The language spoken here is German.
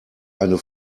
eine